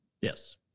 Yes